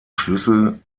schlüssel